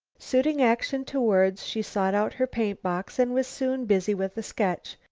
suiting action to words, she sought out her paint-box and was soon busy with a sketch,